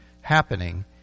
happening